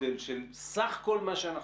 זה מה שהרשות עצמה הציגה לנו.